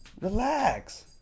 Relax